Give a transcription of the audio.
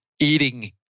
eating